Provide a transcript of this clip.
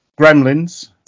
gremlins